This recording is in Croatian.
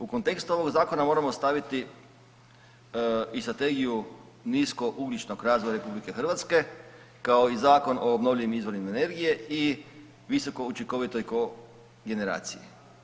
U kontekst ovog zakona moramo staviti i strategiju niskougljičnog razvoja RH kao i Zakon o obnovljivim izvorima energije i visokoučinkovitoj kogeneraciji.